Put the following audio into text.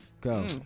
Go